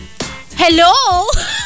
Hello